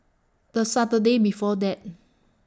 The Saturday before that